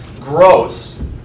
gross